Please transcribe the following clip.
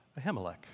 Ahimelech